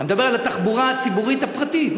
אני מדבר על התחבורה הציבורית הפרטית.